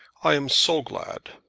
i am so glad.